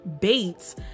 bates